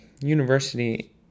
university